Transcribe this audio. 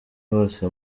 hose